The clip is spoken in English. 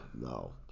No